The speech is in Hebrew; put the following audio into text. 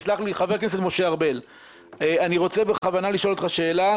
אני רוצה בכוונה לשאול אותך שאלה,